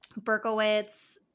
Berkowitz